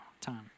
Time